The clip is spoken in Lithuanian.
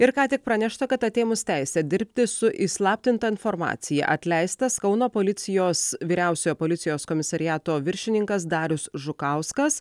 ir ką tik pranešta kad atėmus teisę dirbti su įslaptinta informacija atleistas kauno policijos vyriausiojo policijos komisariato viršininkas darius žukauskas